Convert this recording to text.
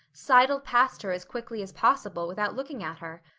sidled past her as quickly as possible without looking at her.